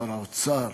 שר האוצר